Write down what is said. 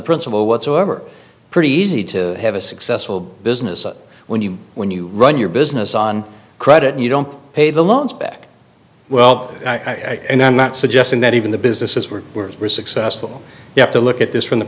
principle whatsoever pretty easy to have a successful business when you when you run your business on credit you don't pay the loans back well i and i'm not suggesting that even the business is where we're successful you have to look at this from the